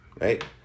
right